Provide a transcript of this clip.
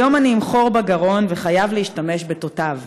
היום אני עם חור בגרון וחייב להשתמש בתותב.